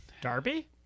Darby